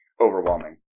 overwhelming